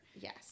Yes